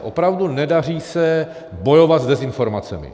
Opravdu nedaří se bojovat s dezinformacemi.